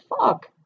fuck